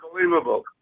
unbelievable